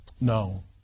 No